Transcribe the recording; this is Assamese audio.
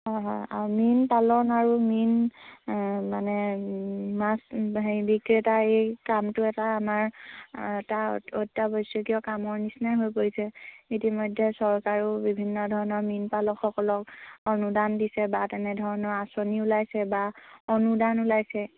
হয় হয় আৰু মীন পালন আৰু মীন মানে মাছ হেৰি বিক্ৰেতাই এই কামটো এটা আমাৰ এটা অ অত্যাৱশ্যকীয় কামৰ নিচিনাই হৈ পৰিছে ইতিমধ্যে চৰকাৰেও বিভিন্ন ধৰণৰ মীন পালকসকলক অনুদান দিছে বা তেনেধৰণৰ আঁচনি ওলাইছে বা অনুদান ওলাইছে